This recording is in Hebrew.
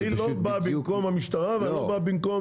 אני לא בא במקום המשטרה ואני לא בא במקום